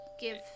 give